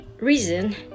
reason